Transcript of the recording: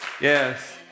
Yes